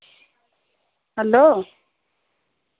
hello